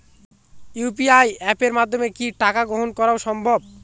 UPI অ্যাপের মাধ্যমে কি টাকা গ্রহণ করাও সম্ভব?